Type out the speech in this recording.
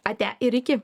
ate ir iki